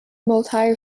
moultrie